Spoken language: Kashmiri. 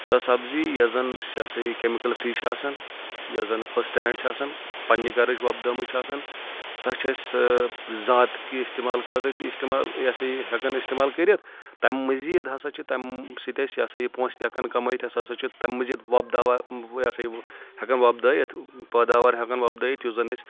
سۄ سبزی یۄس زَن یہِ ہسا یہِ کیمِکَل فری چھِ آسان یۄس زَن فٔسٹ ہینٛڈ چھِ آسان پنٕنہِ گرٕچ وۄپدٲمٕچ چھِ آسان سۄ چھِ أسۍ زات کہِ استعمال خٲطرٕ تہِ استعمال یہِ ہَسا یہِ ہؠکَان اِستعمال کٔرِتھ تَمہِ مٔزیٖد ہسا چھِ تَمہِ سۭتۍ اَسہِ یہِ ہسا یہِ پونٛسہِ تہِ ہؠکان کمٲیِتھ ہسا چھِ تَمہِ مٔزیٖد وۄپداوا یہِ ہَسا یہِ ہؠکَان وۄپدٲیِتھ پٲداوار ہؠکان وۄپدٲیِتھ یُس زَن أسۍ